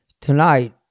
Tonight